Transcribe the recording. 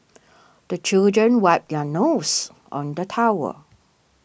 the children wipe their noses on the towel